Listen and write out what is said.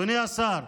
אדוני השר,